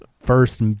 first